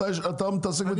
אתה מתעסק בתפזורת.